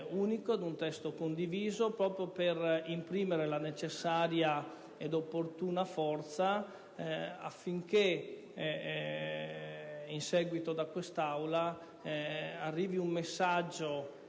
testo, ad un testo condiviso, proprio per imprimere la necessaria e opportuna forza affinché da questa Aula arrivi un messaggio